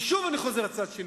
ושוב אני חוזר לצד השני.